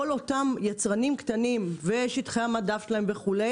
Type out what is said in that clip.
כל אותם יצרנים קטנים ושטחי המדף שלהם וכדומה,